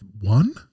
one